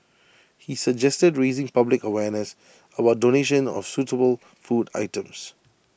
he suggested raising public awareness about donations of suitable food items